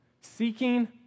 seeking